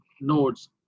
nodes